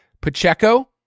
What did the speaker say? Pacheco